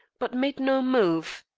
but made no move.